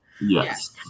Yes